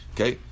Okay